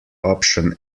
option